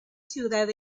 ciudad